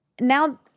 now